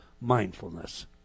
mindfulness